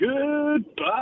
Goodbye